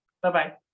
Bye-bye